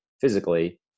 physically